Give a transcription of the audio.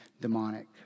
demonic